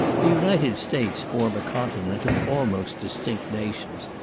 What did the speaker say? the united states form a continent of almost distinct nations,